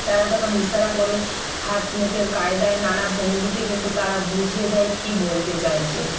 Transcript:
তারা তখন ইশারা করে হাত মুখের কায়দায় নানা ভঙ্গিতে কিন্তু তারা বুঝিয়ে দেয় কি বলতে চাইছে